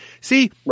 See